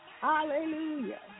Hallelujah